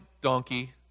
donkey